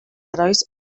herois